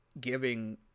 giving